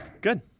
Good